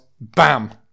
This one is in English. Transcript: Bam